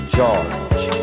George